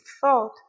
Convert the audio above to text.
thought